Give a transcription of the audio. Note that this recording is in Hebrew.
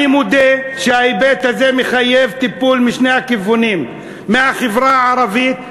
אני מודה שההיבט הזה מחייב טיפול משני הכיוונים: מהחברה הערבית,